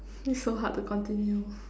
it's so hard to continue